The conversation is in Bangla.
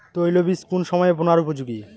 তৈলবীজ কোন সময়ে বোনার উপযোগী?